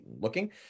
looking